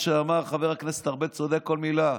ומה שאמר חבר הכנסת ארבל, צודק בכל מילה.